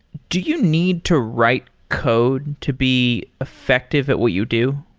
do you need to write code to be effective at what you do?